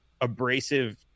abrasive